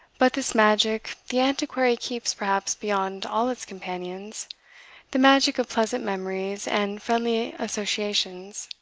but this magic the antiquary keeps perhaps beyond all its companions the magic of pleasant memories and friendly associations.